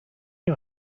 you